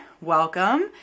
Welcome